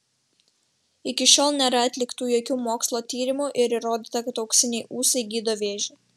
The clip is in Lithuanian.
iki šiol nėra atliktų jokių mokslo tyrimų ir įrodyta kad auksiniai ūsai gydo vėžį